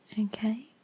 okay